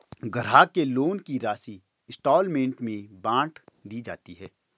ग्राहक के लोन की राशि इंस्टॉल्मेंट में बाँट दी जाती है